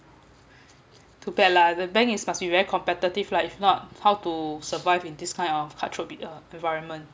too bad lah the bank is must be very competitive right if not how to survive in this kind of environment